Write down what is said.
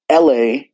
LA